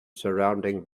surrounding